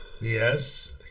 Yes